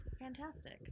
fantastic